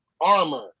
armor